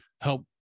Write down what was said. help